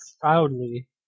proudly